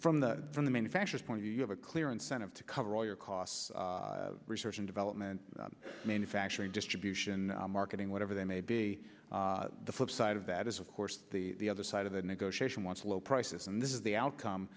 from the from the manufacturer's point you have a clear incentive to cover all your costs research and development manufacturing distribution marketing whatever they may be the flip side of that is of course the other side of the negotiation wants low prices and this is the outcome